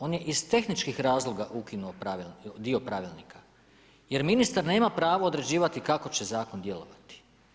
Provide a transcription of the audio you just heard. On je iz tehničkih razloga ukinuo dio pravilnika jer ministar nema pravo određivati kako će Zakon djelovati.